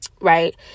right